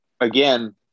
Again